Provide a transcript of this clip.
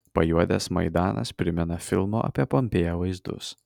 pajuodęs maidanas primena filmo apie pompėją vaizdus